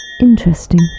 Interesting